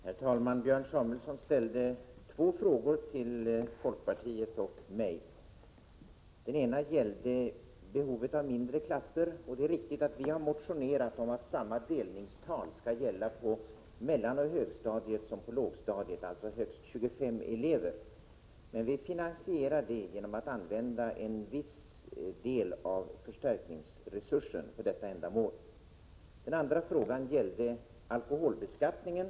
Herr talman! Björn Samuelson ställde två frågor till folkpartiet och mig. Den ena gällde behovet av mindre klasser. Det är riktigt att vi har motionerat om att samma delningstal skall gälla på mellanoch högstadiet som på lågstadiet, alltså högst 25 elever. Vi har finansierat detta genom att använda en viss del av förstärkningsresursen till detta ändamål. Den andra frågan gällde alkoholbeskattningen.